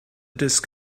disk